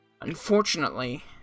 Unfortunately